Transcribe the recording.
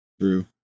True